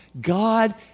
God